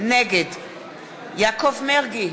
נגד יעקב מרגי,